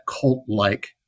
cult-like